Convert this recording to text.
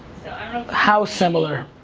so how similar?